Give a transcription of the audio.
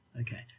Okay